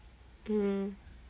um